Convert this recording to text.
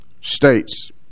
states